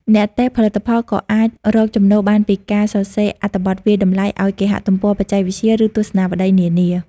អ្នកតេស្តផលិតផលក៏អាចរកចំណូលបានពីការសរសេរអត្ថបទវាយតម្លៃឱ្យគេហទំព័របច្ចេកវិទ្យា ឬទស្សនាវដ្តីនានា។